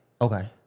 Okay